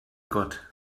gott